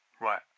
Right